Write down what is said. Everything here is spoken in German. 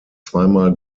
zweimal